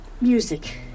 music